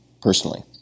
personally